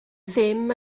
ddim